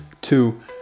two